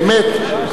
באמת.